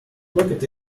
looked